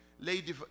Lady